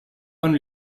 von